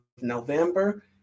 November